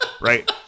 Right